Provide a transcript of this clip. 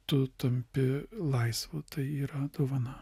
tu tampi laisvu tai yra dovana